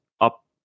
up